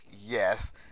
yes